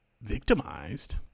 victimized